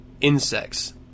insects